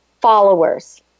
followers